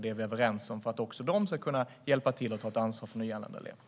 Det är vi överens om för att också de ska kunna hjälpa till och ta ett ansvar för nyanlända elever.